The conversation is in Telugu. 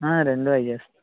రెండు అవి